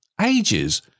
ages